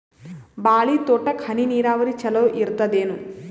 ಬಾಳಿ ತೋಟಕ್ಕ ಹನಿ ನೀರಾವರಿ ಚಲೋ ಇರತದೇನು?